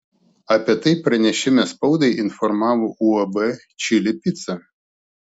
apie tai pranešime spaudai informavo uab čili pica